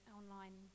online